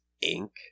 ink